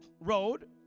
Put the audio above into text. road